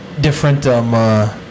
different